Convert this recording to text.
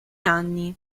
anni